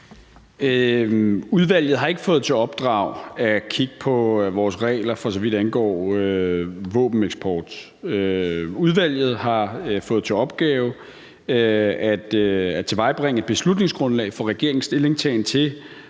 Udvalget har ikke fået til opdrag at kigge på vores regler, for så vidt angår våbeneksport. Udvalget har fået til opgave at tilvejebringe et beslutningsgrundlag for regeringens stillingtagen til,